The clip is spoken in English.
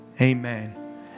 Amen